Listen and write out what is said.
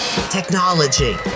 Technology